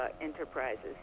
Enterprises